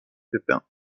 pépin